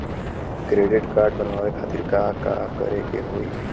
Credit card बनवावे खातिर का करे के होई?